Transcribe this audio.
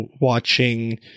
watching